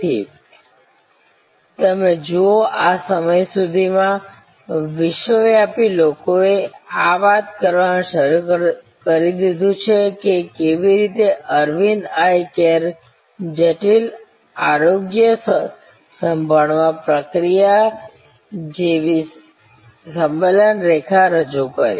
તેથી તમે જુઓ આ સમય સુધીમાં વિશ્વવ્યાપી લોકો એ વાત કરવાનું શરૂ કરી દીધું હતું કે કેવી રીતે અરવિંદ આઇ કેરે જટિલ આરોગ્ય સંભાળમાં પ્રક્રિયા જેવી સમેલન રેખા રજૂ કરી